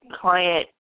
client